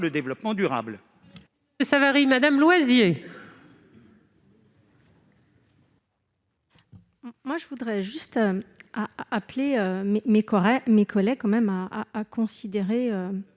de développement durable.